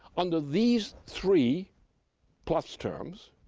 under these three plus terms,